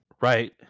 right